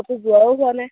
ক'তো যোৱাও যোৱা নাই